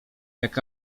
jak